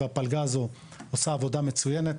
והפלגה הזו עושה עבודה מצוינת.